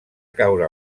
caure